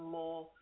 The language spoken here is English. more